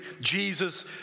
Jesus